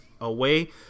away